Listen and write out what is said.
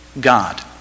God